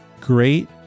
great